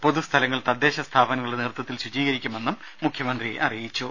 പൊതുസ്ഥലങ്ങൾ തദ്ദേശസ്ഥാപനങ്ങളുടെ നേതൃത്വത്തിൽ ശുചീകരിക്കുമെന്നും മുഖ്യമന്ത്രി പറഞ്ഞു